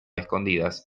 escondidas